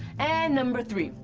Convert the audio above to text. and number three.